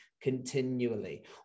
continually